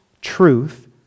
truth